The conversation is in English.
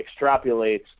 extrapolates